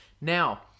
Now